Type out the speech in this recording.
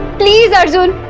please, arjun.